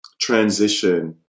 transition